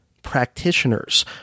practitioners